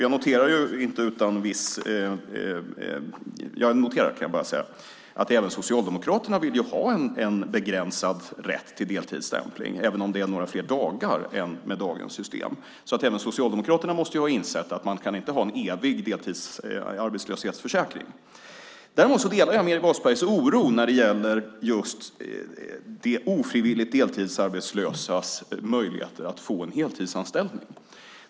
Jag noterar att även Socialdemokraterna vill ha en begränsad rätt till deltidsstämpling, även om det är några fler dagar än med dagens system. Även Socialdemokraterna måste alltså ha insett att man inte kan ha en evig deltidsarbetslöshetsförsäkring. Däremot delar jag Meeri Wasbergs oro när det gäller de ofrivilligt deltidsarbetslösas möjligheter att få heltidsanställning.